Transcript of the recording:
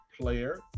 player